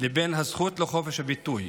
לבין הזכות לחופש הביטוי.